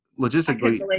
logistically